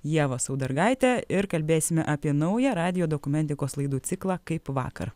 ieva saudargaitę ir kalbėsime apie naują radijo dokumentikos laidų ciklą kaip vakar